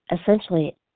essentially